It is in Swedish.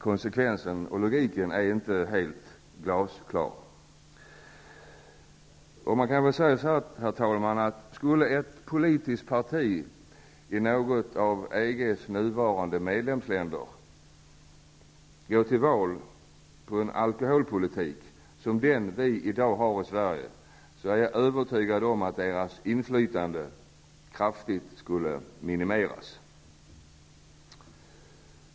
Konsekvensen och logiken är inte helt glasklar. Herr talman! Om ett politiskt parti i något av EG:s nuvarande medlemsländer skulle gå till val på en alkoholpolitik som den vi i dag har i Sverige, är jag övertygad om att dess inflytande kraftigt skulle minimeras.